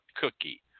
cookie